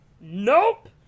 Nope